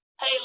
hey